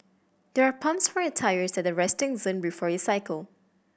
there are pumps for your tyres at the resting zone before you cycle